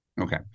Okay